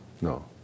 No